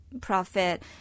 profit